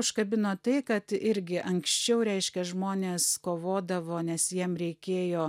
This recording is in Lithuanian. užkabino tai kad irgi anksčiau reiškia žmonės kovodavo nes jiem reikėjo